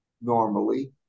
normally